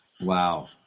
Wow